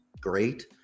great